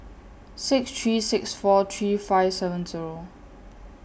six three six four three five seven Zero